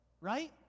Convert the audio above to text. Right